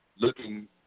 looking